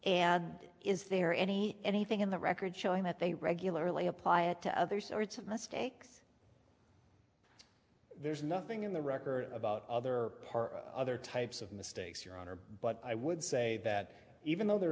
and is there any anything in the record showing that they regularly apply it to other sorts of mistakes there's nothing in the record about other parts other types of mistakes your honor but i would say that even though there